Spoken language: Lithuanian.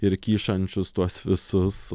ir kyšančius tuos visus